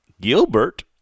gilbert